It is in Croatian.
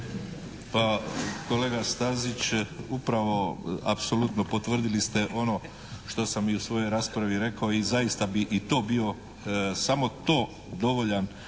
Pa kolega Stazić je upravo i apsolutno potvrdili ste ono što sam i u svoj raspravi rekao i zaista bi i to bio samo to dovoljan